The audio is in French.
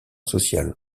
social